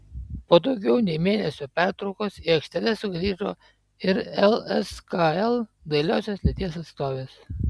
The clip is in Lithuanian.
po daugiau nei mėnesio pertraukos į aikšteles sugrįžo ir lskl dailiosios lyties atstovės